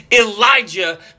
Elijah